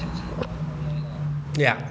ya